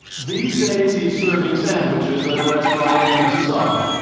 these days he's serving sandwiches at a restaurant near mississauga.